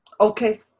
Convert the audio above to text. Okay